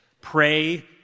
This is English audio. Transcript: pray